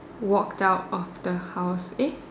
walked out of the house eh